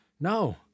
no